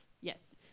Yes